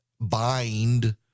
bind